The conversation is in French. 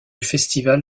festival